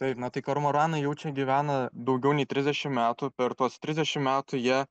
taip na tai kormoranai jau čia gyvena daugiau nei trisdešim metų per tuos trisdešim metų jie